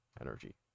energy